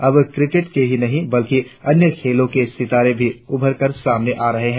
अब क्रिकेट के ही नही बल्कि अन्य खेलों के सितारे भी उभरकर सामने आ रहे है